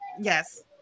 yes